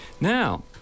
now